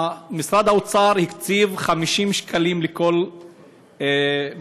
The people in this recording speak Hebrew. משרד האוצר הקציב 50 שקלים לכל מבוגר,